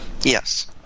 Yes